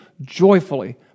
joyfully